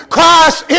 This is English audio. Christ